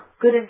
good